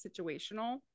situational